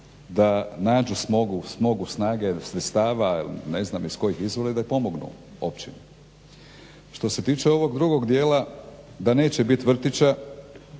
da nađu, smogu snage jer sredstava ne znam iz kojih izvora da pomognu općini. Što se tiče ovog drugog dijela da neće biti vrtića